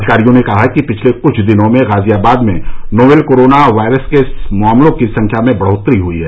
अधिकारियों ने कहा है कि पिछले कुछ दिनों में गाजियाबाद में नोवल कोरोना वायरस के मामलों की संख्या में बढ़ोतरी हुई है